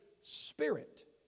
Spirit